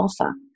offer